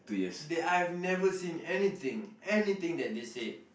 I've never seen anything anything that they said